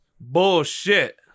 Bullshit